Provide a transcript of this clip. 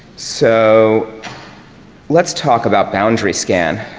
so lets talk about boundary scan.